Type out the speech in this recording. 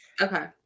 Okay